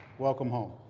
welcome home.